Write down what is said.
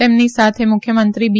તેમની સાથે મુખ્યમંત્રી બી